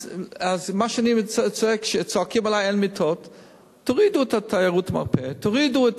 אז אני אומר, תורידו את תיירות המרפא, תורידו את